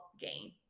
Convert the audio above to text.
gain